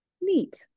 Neat